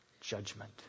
judgment